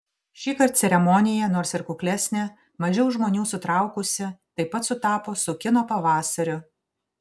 šįkart ceremonija nors ir kuklesnė mažiau žmonių sutraukusi taip pat sutapo su kino pavasariu